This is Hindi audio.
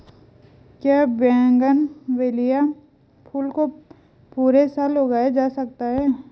क्या बोगनविलिया फूल को पूरे साल उगाया जा सकता है?